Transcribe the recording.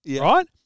right